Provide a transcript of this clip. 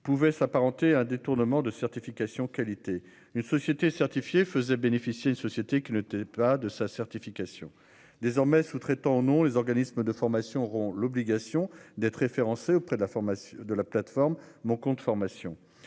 pouvait s'apparenter à un détournement de certification qualité une société certifié faisait bénéficier une société qui ne était pas de sa certification désormais sous-traitants non les organismes de formation auront l'obligation d'être référencé auprès de la formation de la plateforme mon compte formation,